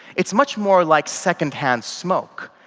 it's much more like second-hand smoke.